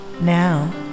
Now